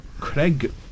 Craig